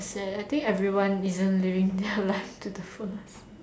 that's sad eh I think everyone isn't living their life to the fullest